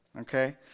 Okay